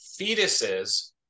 fetuses